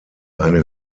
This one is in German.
eine